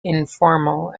informal